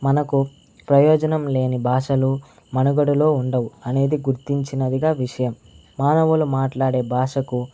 మనకు ప్రయోజనం లేని భాషలు మనుగడలో ఉండవు అనేది గుర్తించినదిగా విషయం మానవులు మాట్లాడే భాషకు